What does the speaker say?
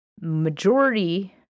majority